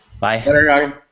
bye